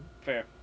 Fair